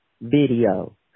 video